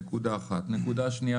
נקודה שנייה,